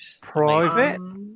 Private